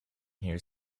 here